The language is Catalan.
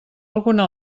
alguna